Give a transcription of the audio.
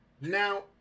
Now